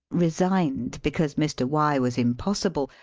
re signed because mr. y was impossible,